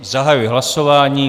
Zahajuji hlasování.